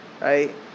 Right